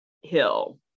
hill